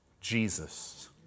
Jesus